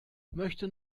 möchte